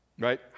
Right